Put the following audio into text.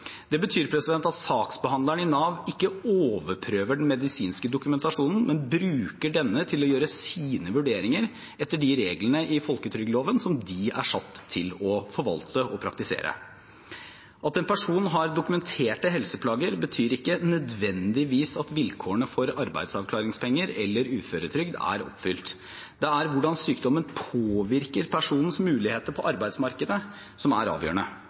Det betyr at saksbehandlerne i Nav ikke overprøver den medisinske dokumentasjonen, men bruker denne til å gjøre sine vurderinger etter de reglene i folketrygdloven som de er satt til å forvalte og praktisere. At en person har dokumenterte helseplager, betyr ikke nødvendigvis at vilkårene for arbeidsavklaringspenger eller uføretrygd er oppfylt. Det er hvordan sykdommen påvirker personens muligheter på arbeidsmarkedet, som er avgjørende.